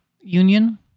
union